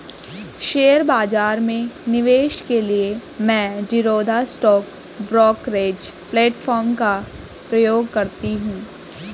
share बाजार में निवेश के लिए मैं ज़ीरोधा स्टॉक ब्रोकरेज प्लेटफार्म का प्रयोग करती हूँ